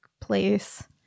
place